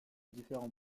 différents